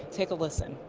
take a listen.